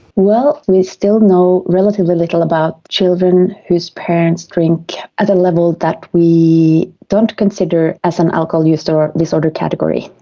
well, we still know relatively little about children whose parents drink at a level that we don't consider as an alcohol use or disorder category.